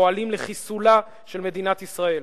פועלים לחיסולה של מדינת ישראל.